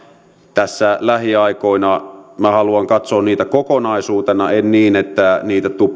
tässä lähiaikoina haluan katsoa niitä kokonaisuutena enkä niin että niitä